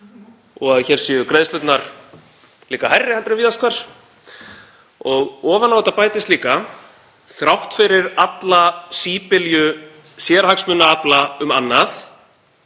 og að hér séu greiðslurnar líka hærri en víðast hvar. Og ofan á þetta bætist líka, þrátt fyrir alla síbylju sérhagsmunaafla um annað,